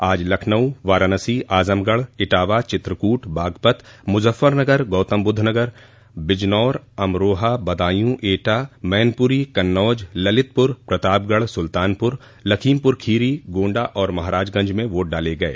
आज लखनऊ वाराणसी आजमगढ इटावा चित्रकूट बागपत मुजफ्फरनगर गौतम बुद्धनगर बिजनौर अमरोहा बदायू एटा मैनपुरी कन्नौज ललितपुर प्रतापगढ़ सुल्तानपुर लखीमपुर खीरी गोंडा और महाराजगंज में वोट डाले गये